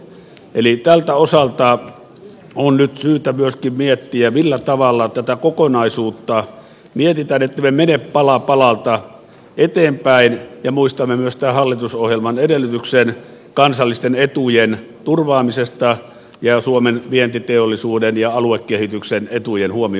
eli tältä osalta on nyt syytä myöskin miettiä millä tavalla tätä kokonaisuutta mietitään ettemme mene pala palalta eteenpäin ja muistamme myös tämän hallitusohjelman edellytyksen kansallisten etujen turvaamisesta ja suomen vientiteollisuuden ja aluekehityksen etujenhuone